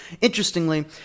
Interestingly